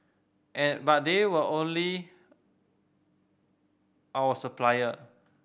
at but they were only our supplier